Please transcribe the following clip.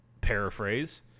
paraphrase